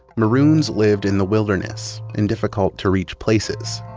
maroons lived in the wilderness in difficult to reach places.